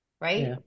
right